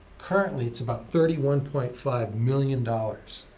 currently it's about thirty one point five million dollars,